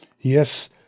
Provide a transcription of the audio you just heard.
Yes